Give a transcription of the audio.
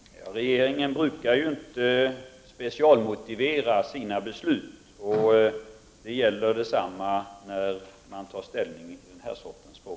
Fru talman! Regeringen brukar inte specialmotivera sina beslut. Detsamma gäller när man tar ställning i den här sortens frågor.